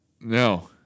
No